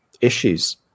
issues